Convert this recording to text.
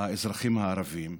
האזרחים הערבים,